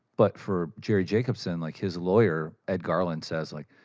but for jerry jacobson, like, his lawyer, ed garland, says, like,